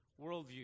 worldview